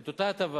את אותה הטבה,